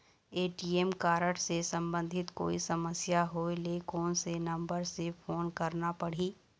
ATM card से संबंधित कोई समस्या होय ले, कोन से नंबर से फोन करना पढ़ही?